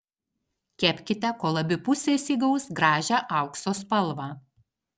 kepkite kol abi pusės įgaus gražią aukso spalvą